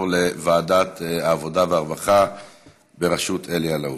לוועדת העבודה והרווחה בראשות אלי אלאלוף.